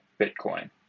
Bitcoin